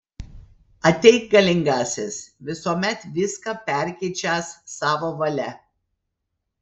ateik galingasis visuomet viską perkeičiąs savo valia